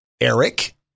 Eric